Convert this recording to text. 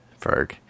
Ferg